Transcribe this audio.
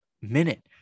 minute